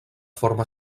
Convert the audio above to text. forma